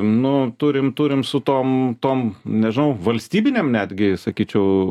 nu turim turim su tom tom nežinau valstybinėm netgi sakyčiau